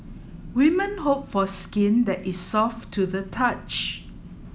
women hope for skin that is soft to the touch